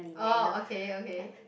orh okay okay